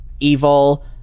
evil